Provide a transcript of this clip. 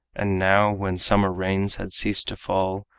and now, when summer rains had ceased to fall,